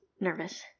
nervous